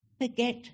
Forget